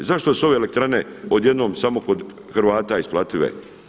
Zašto su ove elektrane odjednom samo kod Hrvata isplative?